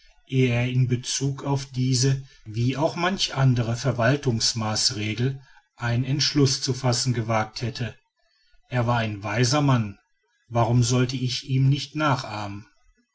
er in bezug auf diese wie auch manche andere verwaltungsmaßregel einen entschluß zu fassen gewagt hätte es war ein weiser mann warum sollte ich ihm nicht nachahmen